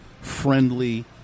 friendly